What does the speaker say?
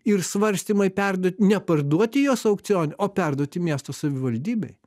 ir svarstymai perduot neparduoti jos aukcione o perduoti miesto savivaldybei